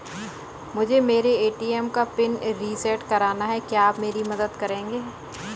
मुझे मेरे ए.टी.एम का पिन रीसेट कराना है क्या आप मेरी मदद करेंगे?